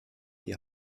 die